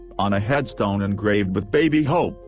on a headstone engraved with baby hope,